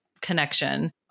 connection